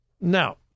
Now